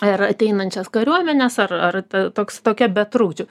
ir ateinančias kariuomenes ar ar ta toks tokia be trukdžių